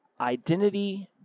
identity